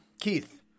keith